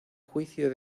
juicio